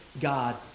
God